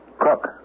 Cook